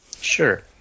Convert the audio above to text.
Sure